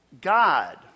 God